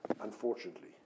unfortunately